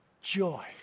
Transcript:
joy